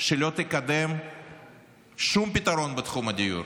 שלא תקדם שום פתרון בתחום הדיור.